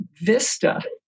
vista